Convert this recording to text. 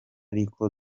ariko